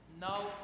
No